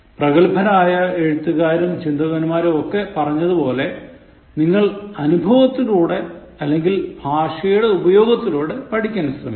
പ്രഗത്ഭരായ എഴുത്തുകാരും ചിന്തകന്മാരും ഒക്കെ പറഞ്ഞതുപോലെ നിങ്ങൾ അനുഭവത്തിലൂടെ അല്ലെങ്ങിൽ ഭാഷയുടെ ഉപയോഗത്തിലൂടെ പഠിക്കാൻ ശ്രമിക്കുക